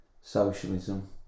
Socialism